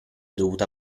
dovuto